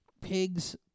pigs